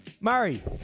Murray